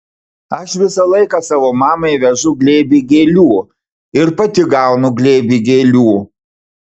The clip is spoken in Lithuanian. aš visą laiką savo mamai vežu glėbį gėlių ir pati gaunu glėbį gėlių